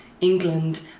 England